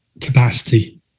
capacity